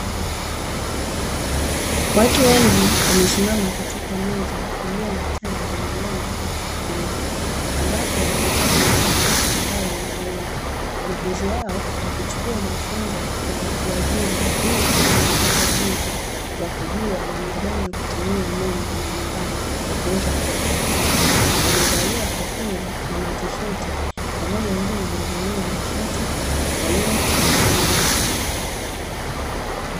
Watu wengi wamesimama katika meza iliyo na taa zenye rangi mbili ambapo inaonekana ni saketi ambayo imeundwa, wanafunzi hao wakichukua mafunzo ya watu wazima ili kuweza kupata ujuzi wa kujua namna gani ya kutumia umeme wa majumbani kwa kuweza kuwasha taa, wamevalia kofia na matisheti, pamoja wengine wamevalia mashati yaliyo ya mikono mirefu.